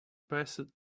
passed